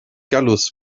gallus